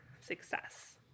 success